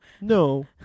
No